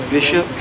Bishop